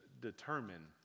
determine